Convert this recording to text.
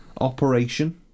Operation